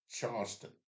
Charleston